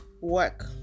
work